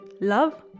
love